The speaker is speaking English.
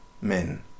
men